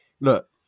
Look